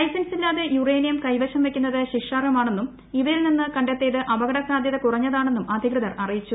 ലൈസൻസില്ലാതെ uranium കൈവശം വയ്ക്കുന്നത് ശിക്ഷാർഹമാണെന്നും ഇവരിൽ നിന്ന് കണ്ടെത്തിയത് അപകടസാധൃത കുറഞ്ഞതാണെന്നും അധികൃതർ അറിയിച്ചു